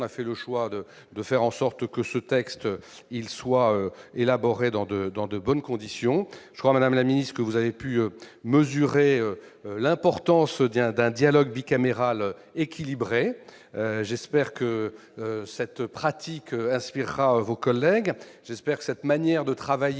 fait le choix de la responsabilité, afin que ce texte puisse être élaboré dans de bonnes conditions. Je crois, madame la ministre, que vous avez pu mesurer l'importance d'un dialogue bicaméral équilibré. J'espère que cette pratique inspirera vos collègues et que cette manière de travailler